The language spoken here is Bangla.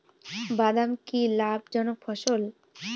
বাদাম কি লাভ জনক ফসল?